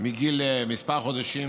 מגיל כמה חודשים,